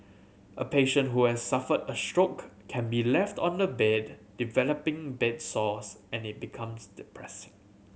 a patient who has suffered a stroke can be left on the bed developing bed sores and it becomes depressing